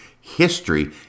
history